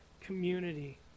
community